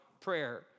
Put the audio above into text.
prayer